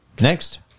Next